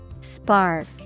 Spark